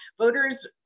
voters